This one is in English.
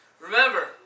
Remember